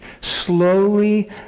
slowly